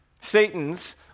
Satan's